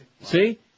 See